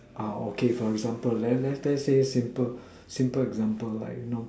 ah okay for example then let let's just say simple simple example like you know